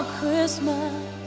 Christmas